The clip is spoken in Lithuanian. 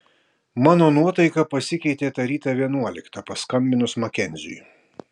mano nuotaika pasikeitė tą rytą vienuoliktą paskambinus makenziui